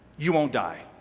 you won't die.